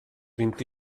vint